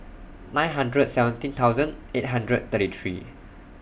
nine hundred seventeen thousand eight hundred thirty three